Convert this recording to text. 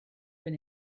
been